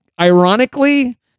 ironically